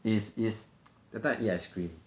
is is that time I eat ice cream